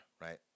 Right